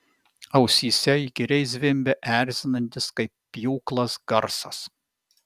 ausyse įkyriai zvimbė erzinantis kaip pjūklas garsas